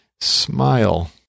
smile